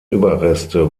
überreste